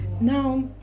now